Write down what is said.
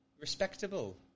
Respectable